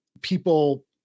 people